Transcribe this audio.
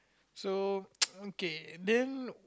so okay then